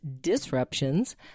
disruptions